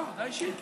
לא, הודעה אישית.